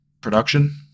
production